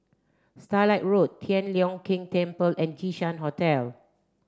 Starlight Road Tian Leong Keng Temple and Jinshan Hotel